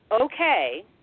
okay